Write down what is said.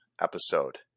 episode